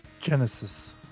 Genesis